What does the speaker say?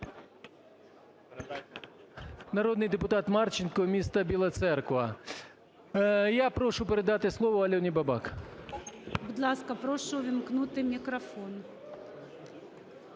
Народний депутат Марченко, місто Біла Церква. Я прошу передати слово Альоні Бабак. ГОЛОВУЮЧИЙ. Будь ласка, прошу увімкнути мікрофон.